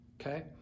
okay